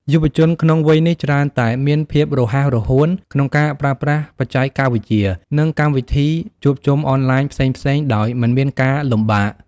យុវជនក្នុងវ័យនេះ ច្រើនតែមានភាពរហ័សរហួនក្នុងការប្រើប្រាស់បច្ចេកវិទ្យា និងកម្មវិធីជួបជុំអនឡាញផ្សេងៗដោយមិនមានការលំបាក។